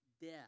death